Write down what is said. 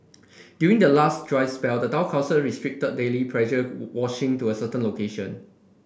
during the last dry spell the town council restricted daily pressure washing to a certain location